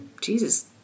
Jesus